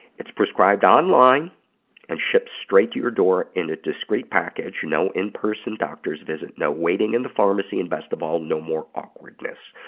it's prescribed online and ships straight to your door in a discreet package. no in-person doctor's visit. no waiting in the pharmacy. and best of all, no more awkwardness.